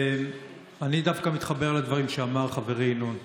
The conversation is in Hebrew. אני דווקא מתחבר לדברים שאמר חברי ינון.